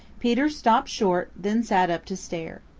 peter stopped short, then sat up to stare.